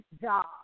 job